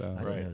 Right